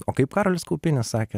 o kaip karolis kaupinis sakė